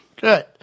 Good